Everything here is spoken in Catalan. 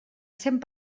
cent